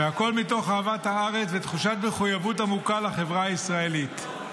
והכול מתוך אהבת הארץ ותחושת מחויבות עמוקה לחברה הישראלית.